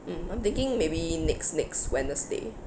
mm I'm thinking maybe next next wednesday